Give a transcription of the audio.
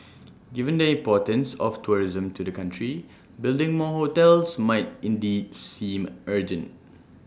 given the importance of tourism to the country building more hotels might indeed seem urgent